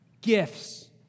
Gifts